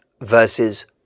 versus